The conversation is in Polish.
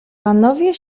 panowie